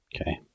Okay